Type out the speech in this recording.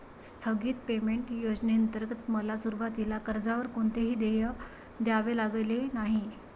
स्थगित पेमेंट योजनेंतर्गत मला सुरुवातीला कर्जावर कोणतेही देय द्यावे लागले नाही